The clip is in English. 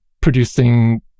producing